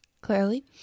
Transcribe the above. clearly